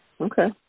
Okay